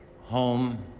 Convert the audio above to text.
home